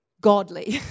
godly